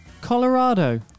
Colorado